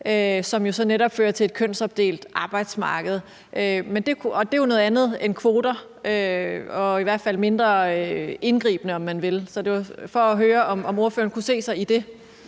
så netop fører til et kønsopdelt arbejdsmarked. Og det er jo noget andet end kvoter og i hvert fald mindre indgribende, om man vil. Så det var for at høre, om ordføreren kunne se sig selv